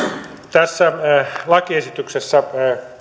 tässä lakiesityksessä